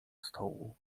stołu